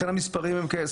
לכן המספרים הם כאלה.